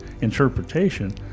interpretation